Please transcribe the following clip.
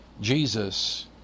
Jesus